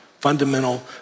Fundamental